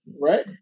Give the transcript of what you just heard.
right